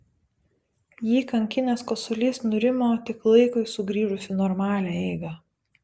jį kankinęs kosulys nurimo tik laikui sugrįžus į normalią eigą